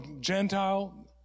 Gentile